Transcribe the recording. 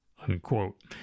unquote